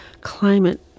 climate